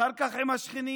אחר כך עם השכנים,